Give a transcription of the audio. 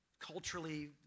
culturally